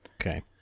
Okay